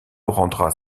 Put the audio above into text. rendra